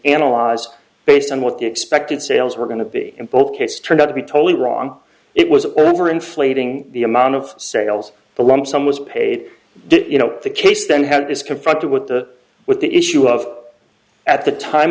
analyzed based on what the expected sales were going to be in both cases turned out to be totally wrong it was over inflating the amount of sales the lump sum was paid did you know the case then had is confronted with the with the issue of at the time